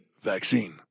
vaccine